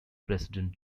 president